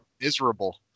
miserable